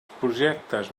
projectes